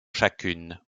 chacune